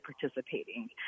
participating